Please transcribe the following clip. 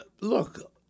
look